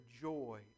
joy